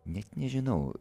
net nežinau